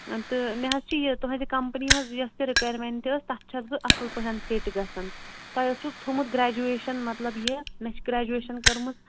تہٕ مےٚ حظ چھِ یہِ تُہٕنٛزِ کَمپٔنی ہٕنٛز یۄس تہِ رِکوٚیرمینٛٹ ٲس تَتھ چھَس بہٕ اَصٕل پٲٹھۍ فِٹ گژھان تۄہہِ اوسوٕ تھومُت گرٛیجویشَن مطلب یہِ مےٚ چھِ گرٛیجویشَن کٔرمٕژ